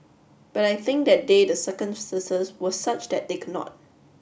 but I think that day the circumstances were such that they could not